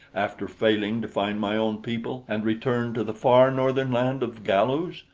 after failing to find my own people, and return to the far northern land of galus?